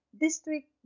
district